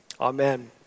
Amen